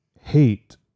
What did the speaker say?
hate